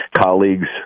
colleagues